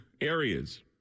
areas